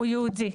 הוא יהודי.